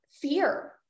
fear